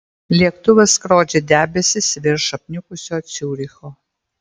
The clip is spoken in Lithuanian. lėktuvas skrodžia debesis virš apniukusio ciuricho